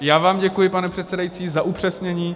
Já vám děkuji, pane předsedající, za upřesnění.